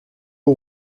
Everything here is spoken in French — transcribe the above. aux